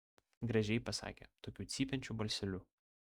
gražiai pasakė tokiu cypiančiu balseliu